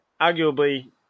arguably